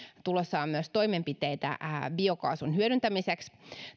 tulossa on myös toimenpiteitä biokaasun hyödyntämiseksi